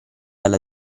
alla